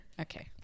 okay